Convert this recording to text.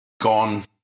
gone